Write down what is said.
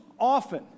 often